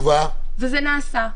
וזה נעשה.